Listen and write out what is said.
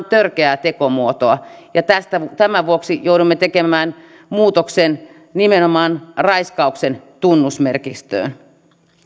törkeää tekomuotoa ja tämän vuoksi joudumme tekemään muutoksen nimenomaan raiskauksen tunnusmerkistöön